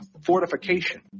fortification